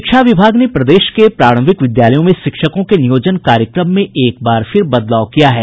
शिक्षा विभाग ने प्रदेश के प्रारंभिक विद्यालयों में शिक्षकों के नियोजन कार्यक्रम में एक बार फिर बदलाव किया है